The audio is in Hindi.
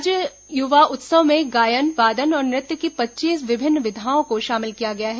राज्य युवा उत्सव में गायन वादन और नृत्य की पच्चीस विभिन्न विधाओं को शामिल किया गया है